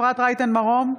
אפרת רייטן מרום,